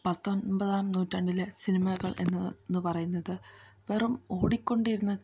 പത്തൊൻപതാം നൂറ്റാണ്ടിലെ സിനിമകൾ എന്ന് എന്നു പറയുന്നത് വെറും ഓടിക്കൊണ്ടിരുന്ന